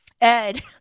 Ed